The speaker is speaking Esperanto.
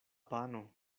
pano